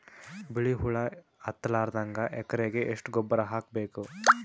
ಬಿಳಿ ಹುಳ ಹತ್ತಲಾರದಂಗ ಎಕರೆಗೆ ಎಷ್ಟು ಗೊಬ್ಬರ ಹಾಕ್ ಬೇಕು?